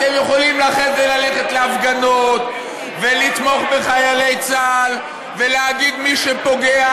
אתם יכולים אחרי זה ללכת להפגנות ולתמוך בחיילי צה"ל ולהגיד מי שפוגע,